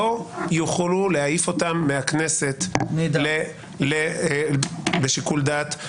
לא יוכלו להעיף אותם מהכנסת בשיקול דעת,